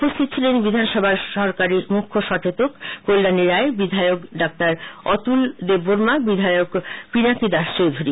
উপস্থিত ছিলেন বিধানসভার সরকারী মুখ্য সচেতক কল্যানী রায় বিধায়ক ডা অতুল দেববর্মা বিধায়ক পিনাকী দাস চৌধুরী